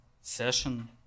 session